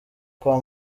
kwa